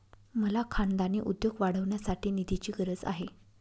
मला खानदानी उद्योग वाढवण्यासाठी निधीची गरज आहे